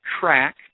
track